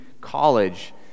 college